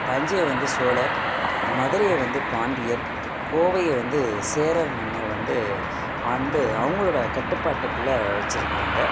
தஞ்சையை வந்து சோழர் மதுரையை வந்து பாண்டியர் கோவையை வந்து சேரர் மன்னர் வந்து ஆண்டு அவங்களோட கட்டுப்பாட்டுக்குள்ளே வச்சிருந்தாங்க